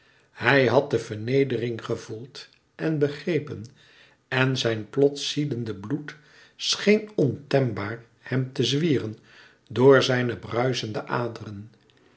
hij had de vernedering gevoeld en begrepen en zijn plots ziedende bloed scheen ontembaar hem te zwieren door zijne bruischende aderen